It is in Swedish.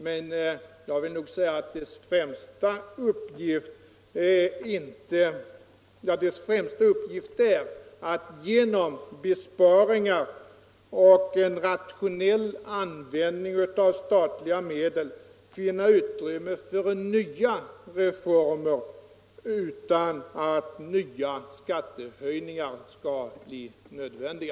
Men jag vill nog säga att dess främsta uppgift är att genom förslag till besparingar och rationell användning av statliga medel finna utrymme för nya reformer utan att nya skattehöjningar skall bli nödvändiga.